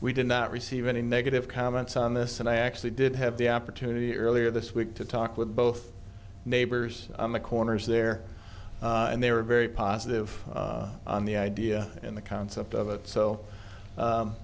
we did not receive any negative comments on this and i actually did have the opportunity earlier this week to talk with both neighbors on the corners there and they were very positive on the idea and the concept of it so